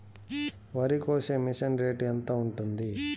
వరికోసే machine rate ఎంత ఉంటుంది?